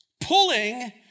pulling